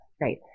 right